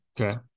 Okay